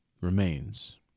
remains